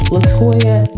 LaToya